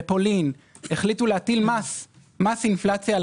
בפולין החליטו להטיל מס אינפלציה על